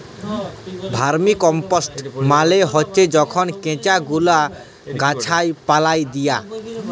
vermicompost মালে হছে যখল কেঁচা গুলা গাহাচ পালায় দিয়া